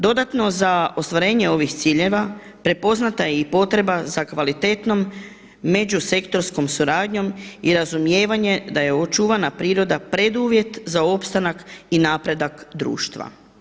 Dodatno za ostvarenje ovih ciljeva prepoznata je i potreba za kvalitetnom međusektorskom suradnjom i razumijevanje da je očuvana priroda preduvjet za opstanak i napredak društva.